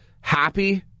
happy